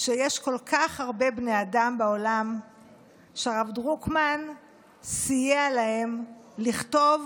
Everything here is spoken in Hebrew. שיש כל כך הרבה בני אדם בעולם שהרב דרוקמן סייע להם לכתוב